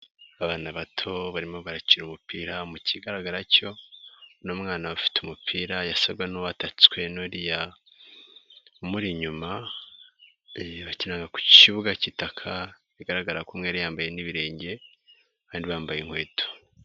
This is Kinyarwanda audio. Abana bato barimo barakina umupira, ikigaragara cyo umwana bafite umupira yasaga n'uwatatswe n'uriya umuri inyuma, bakinaga ku kibuga cy'itaka bigaragara ko umwe yari yambaye n'ibirenge abandi bambaye inkweto.